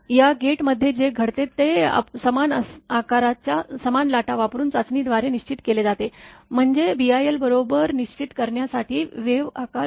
या गेट मध्ये जे घडले ते समान आकाराच्या समान लाटा वापरून चाचणी द्वारे निश्चित केले जाते म्हणजे BIL बरोबर निश्चित करण्यासाठी वेव्ह आकार 1